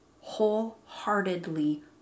wholeheartedly